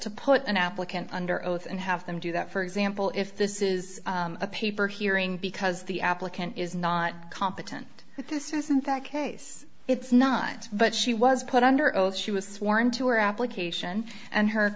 to put an applicant under oath and have them do that for example if this is a paper hearing because the applicant is not competent but this isn't that case it's not but she was put under oath she was sworn to her application and her